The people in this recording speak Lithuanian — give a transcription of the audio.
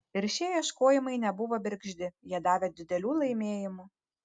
ir šie ieškojimai nebuvo bergždi jie davė didelių laimėjimų